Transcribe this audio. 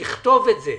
אז לכתוב את זה.